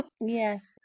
Yes